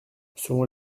selon